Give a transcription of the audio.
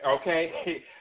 Okay